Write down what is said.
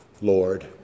Lord